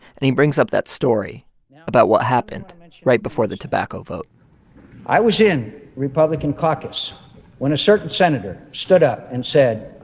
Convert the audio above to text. and he brings up that story about what happened right before the tobacco vote i was in republican caucus when a certain senator stood up and said,